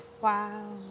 Wow